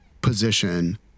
position